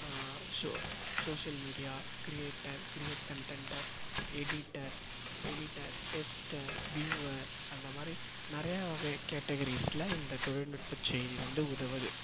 so social media creator create கண்டன்ட்டர் editor editor tester viewer அந்த மாதிரி நிறையா வகை கேட்டகிரிஸில் இந்த தொழில்நுட்ப செய்தி வந்து உதவுது